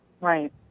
Right